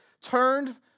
turned